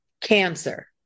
cancer